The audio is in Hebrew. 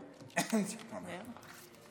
טוב, תודה.